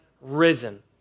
risen